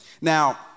Now